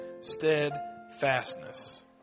steadfastness